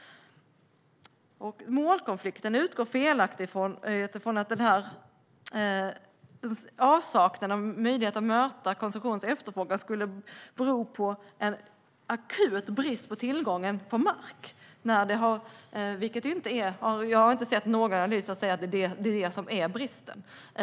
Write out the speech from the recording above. Det är felaktigt att avsaknaden av möjlighet att möta konsumenternas efterfrågan beror på akut brist på mark. Jag har inte sett några analyser som säger att det är det som är bristen.